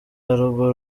haruguru